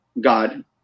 God